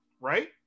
Right